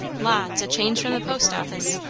la, it's a change from the post office!